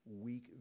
weak